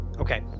Okay